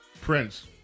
Prince